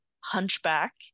hunchback